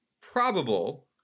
probable